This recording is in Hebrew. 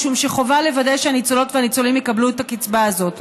משום שחובה לוודא שהניצולות והניצולים יקבלו את הקצבה הזאת,